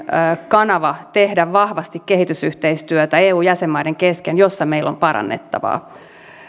kanava tehdä vahvasti kehitysyhteistyötä eu jäsenmaiden kesken jossa meillä on parannettavaa